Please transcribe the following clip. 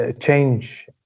change